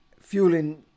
fueling